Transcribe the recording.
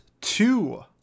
two